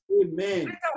Amen